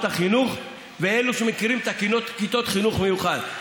החינוך ואלו שמכירים את כיתות החינוך מיוחד.